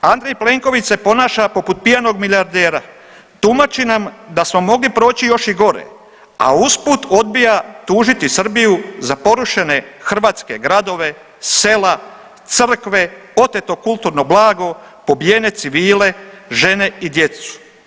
Andrej Plenković se ponaša poput pijanog milijardera, tumači nam da smo mogli proći još i gore, a usput odbija tužiti Srbiju za porušene hrvatske gradove, sela, crkve, oteto kulturno blago, pobijene civile, žene i djecu.